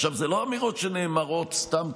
אלה לא אמירות שנאמרות סתם,